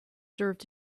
served